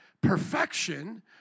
perfection